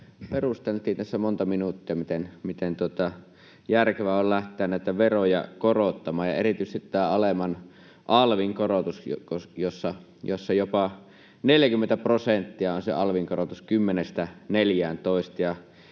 perusteltiin tässä monta minuuttia, miten järkevää on lähteä näitä veroja korottamaan — ja erityisesti tätä alemman alvin korotusta, jossa jopa 40 prosenttia on se alvin korotus 10:stä